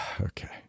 okay